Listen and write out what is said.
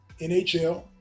NHL